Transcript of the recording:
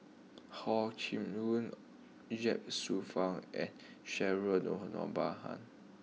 Hor Chim Ye Shufang and Cheryl